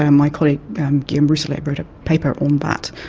and my colleague guillaume rousselet wrote a paper on but